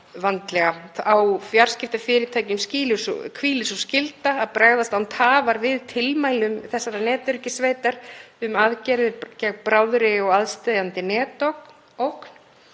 vandlega. Á fjarskiptafyrirtækjum hvílir sú skýlausa skylda að bregðast án tafar við tilmælum þessarar netöryggissveitar um aðgerðir gegn bráðri og aðsteðjandi netógn